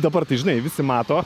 dabar tai žinai visi mato